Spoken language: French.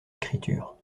écriture